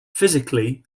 physically